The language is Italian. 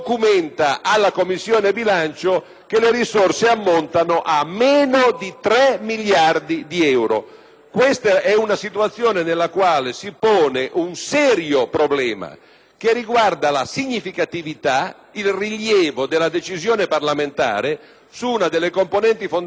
questa euna situazione nella quale si pone un serio problema, che riguarda la significativita e il rilievo della decisione parlamentare su una delle componenti fondamentali della spesa in conto capitale del bilancio della Repubblica.